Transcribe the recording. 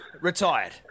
retired